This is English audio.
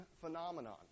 phenomenon